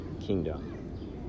kingdom